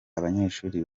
abanyeshuri